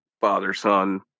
father-son